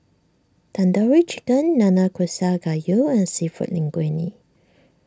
Tandoori Chicken Nanakusa Gayu and Seafood Linguine